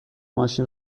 ماشین